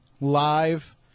live